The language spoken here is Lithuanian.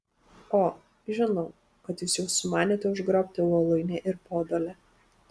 o žinau kad jūs jau sumanėte užgrobti voluinę ir podolę